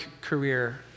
career